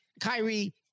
Kyrie